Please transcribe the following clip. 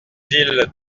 îles